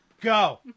Go